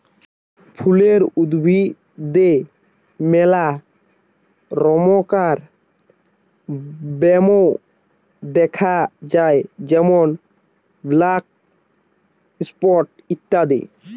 ফুলের উদ্ভিদে মেলা রমকার ব্যামো দ্যাখা যায় যেমন ব্ল্যাক স্পট ইত্যাদি